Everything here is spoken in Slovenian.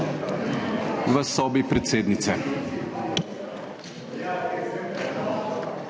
v sobi predsednice.